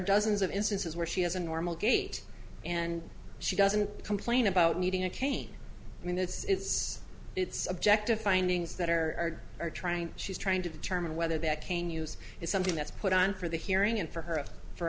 dozens of instances where she has a normal gait and she doesn't complain about needing a cane i mean it's it's objective findings that are are trying she's trying to determine whether that cane use is something that's put on for the hearing and for her for